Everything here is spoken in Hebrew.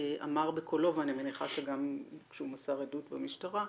אמר בקולו ואני מניחה שהוא מסר עדות במשטרה,